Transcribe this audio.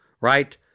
Right